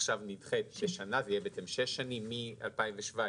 עכשיו נדחית בשנה וזה יהיה שש שנים מ-2017,